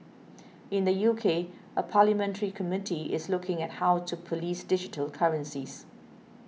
in the U K a parliamentary committee is looking at how to police digital currencies